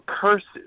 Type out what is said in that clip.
curses